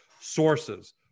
sources